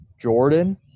Jordan